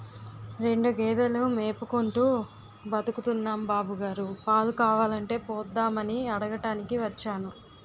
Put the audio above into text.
రెండు గేదెలు మేపుకుంటూ బతుకుతున్నాం బాబుగారు, పాలు కావాలంటే పోద్దామని అడగటానికి వచ్చాను